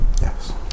Yes